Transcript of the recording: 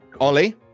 Ollie